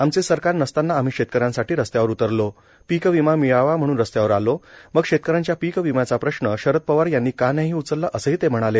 आमचे सरकार नसताना आम्ही शेतकऱ्यांसाठी रस्त्यावर उतरलो पीकविमा मिळावा म्हणून रस्त्यावर आलो मग शेतकऱ्यांच्या पिकविम्याचा प्रश्न शरद पवार यांनी का नाही उचलला असेही ते म्हणाले